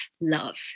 love